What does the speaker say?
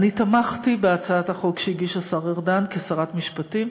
אני תמכתי בהצעת החוק שהגיש השר ארדן כשרת משפטים,